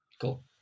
Cool